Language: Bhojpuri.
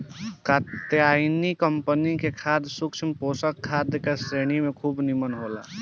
कात्यायनी कंपनी के खाद सूक्ष्म पोषक खाद का श्रेणी में खूब निमन होला